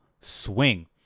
swing